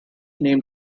named